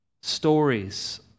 stories